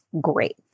great